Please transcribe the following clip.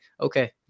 okay